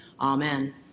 Amen